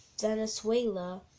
Venezuela